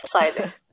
exercising